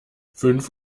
fünf